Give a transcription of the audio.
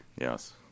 Yes